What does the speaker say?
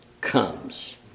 comes